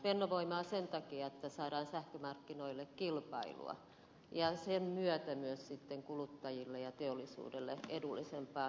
fennovoimaa sen takia että saadaan sähkömarkkinoille kilpailua ja sen myötä myös sitten kuluttajille ja teollisuudelle edullisempaa sähköä